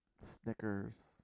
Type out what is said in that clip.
Snickers